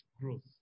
growth